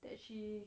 that she